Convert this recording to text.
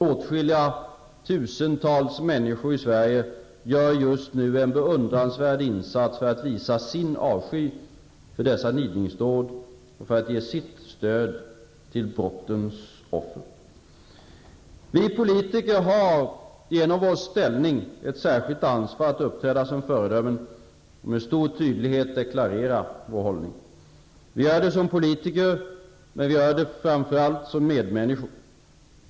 Åtskilliga tusentals människor i Sverige gör just nu en beundransvärd insats för att visa sin avsky för dessa nidingsdåd och för att ge sitt stöd till brottens offer. Vi politiker har genom vår ställning ett särskilt ansvar att uppträda som föredömen och med stor tydlighet deklarera vår hållning. Vi gör det som politiker, men vi gör det framför allt som medmänniskor.